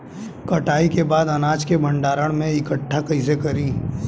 कटाई के बाद अनाज के भंडारण में इकठ्ठा कइसे करी?